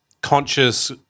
conscious